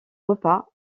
repas